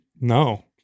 No